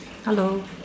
hello